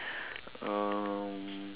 um